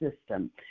system